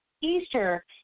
Easter